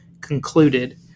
concluded